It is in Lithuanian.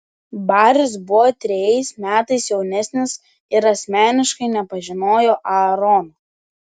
baris buvo trejais metais jaunesnis ir asmeniškai nepažinojo aarono